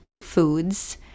foods